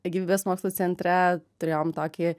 gyvybės mokslų centre turėjom tokį